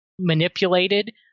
manipulated